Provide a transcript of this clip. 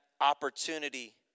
opportunity